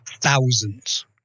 Thousands